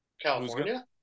California